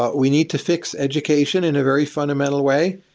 but we need to fix education in a very fundamental way.